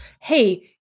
hey